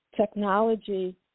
technology